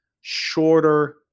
shorter